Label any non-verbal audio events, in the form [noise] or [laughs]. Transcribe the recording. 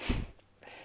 [laughs]